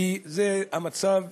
ואם זה המצב,